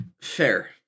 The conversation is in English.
Fair